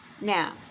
Now